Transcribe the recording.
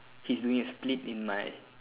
he's doing a split in my